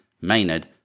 Maynard